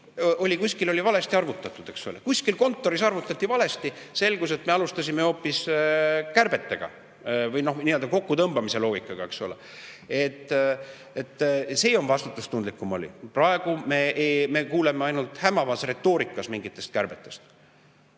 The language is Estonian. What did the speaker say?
kuskil valesti arvutanud, kuskil kontoris arvutati valesti. Selgus, et me alustasime hoopis kärbetega või kokkutõmbamise loogikaga. See oli vastutustundlikum valik. Praegu me kuuleme ainult hämavas retoorikas mingitest kärbetest,